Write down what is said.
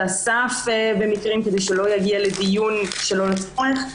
הסף במקרים מסוימים כדי שלא יגיע לדיון שלא לצורך.